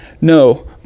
No